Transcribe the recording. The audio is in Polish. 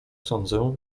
sądzę